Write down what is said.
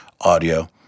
audio